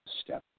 step